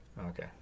Okay